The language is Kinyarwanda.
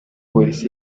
polisi